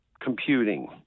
computing